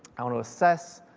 i want to assess